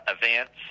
events